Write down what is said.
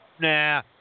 Nah